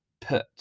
put